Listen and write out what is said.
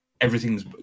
everything's